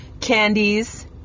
candies